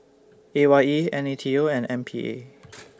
A Y E N A T O and M P A